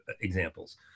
examples